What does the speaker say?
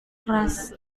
keras